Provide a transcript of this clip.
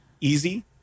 easy